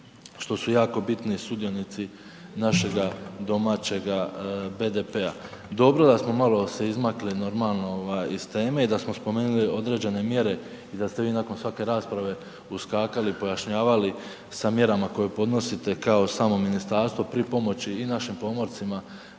što su jako bitni sudionici našega domaćega BDP-a. Dobro da smo malo se izmakli normalno, iz teme i da smo spomenuli određene mjere i da ste vi nakon svake rasprave uskakali i pojašnjavali sa mjerama koje podnosite kao samo ministarstvo pri pomoći i našim pomorcima